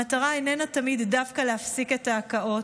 המטרה איננה תמיד דווקא להפסיק את ההקאות,